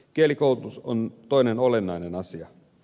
kielikoulutus on toinen olennainen asia